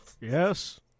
Yes